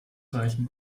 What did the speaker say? reichen